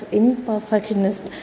imperfectionist